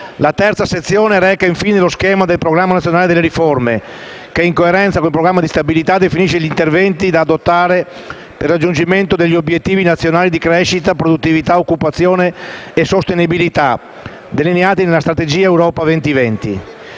La terza sezione reca, infine, lo schema del Programma nazionale di riforma (PNR) che, in coerenza con il Programma di stabilità, definisce gli interventi da adottare per il raggiungimento degli obiettivi nazionali di crescita, produttività, occupazione e sostenibilità delineati dalla nuova Strategia Europa 2020.